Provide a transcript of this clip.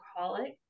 alcoholic